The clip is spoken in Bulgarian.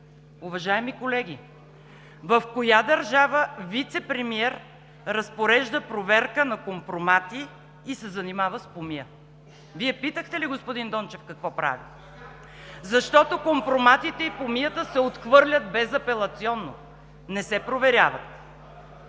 Уважаеми колеги, в коя държава вицепремиер разпорежда проверка на компромати и се занимава с помия?! Вие питахте ли господин Дончев какво прави? Защото компроматите и помията се отхвърлят безапелационно, не се проверяват.